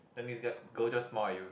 then this guy girl just smile at you